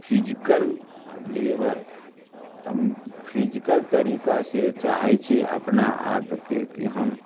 physical labour अऽ physical तरीका से चाहैत छी अपना आपके कि हम